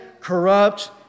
corrupt